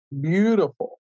beautiful